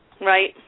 Right